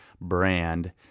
brand